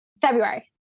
February